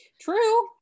true